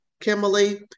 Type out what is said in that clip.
Kimberly